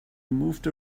moved